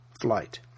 flight